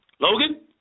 Logan